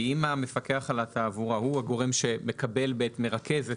אם המפקח על התעבורה הוא הגורם שמרכז את